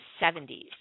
70s